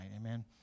Amen